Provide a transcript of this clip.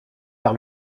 par